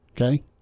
Okay